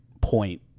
point